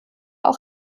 auch